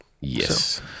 Yes